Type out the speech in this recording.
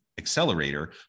Accelerator